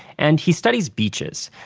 and he studies beaches,